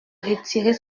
retirer